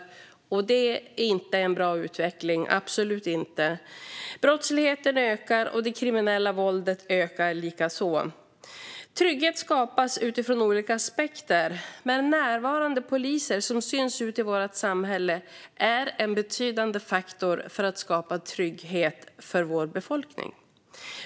Detta är absolut inte någon bra utveckling. Brottsligheten ökar, liksom det kriminella våldet. Trygghet skapas utifrån olika aspekter, men närvarande poliser som syns ute i vårt samhälle är en betydande faktor för att skapa trygghet för vår befolkning.